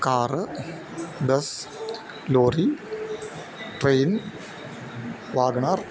car bus lorry train Wagon R